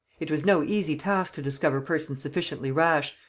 it was no easy task to discover persons sufficiently rash,